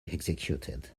executed